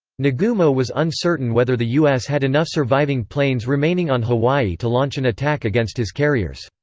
nagumo was uncertain whether the u s. had enough surviving planes remaining on hawaii to launch an attack against his carriers.